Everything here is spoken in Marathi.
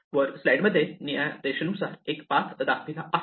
वर स्लाइड मध्ये निळ्या रेषेनुसार एक पाथ दाखविला आहे